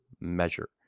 measure